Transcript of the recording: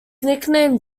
nicknamed